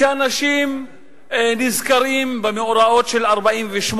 שמזכירה לאנשים את מאורעות שנת 1948